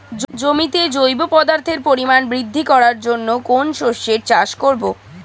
জমিতে জৈব পদার্থের পরিমাণ বৃদ্ধি করার জন্য কোন শস্যের চাষ করবো?